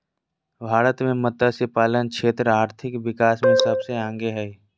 भारत मे मतस्यपालन क्षेत्र आर्थिक विकास मे सबसे आगे हइ